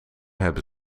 hebben